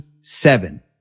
seven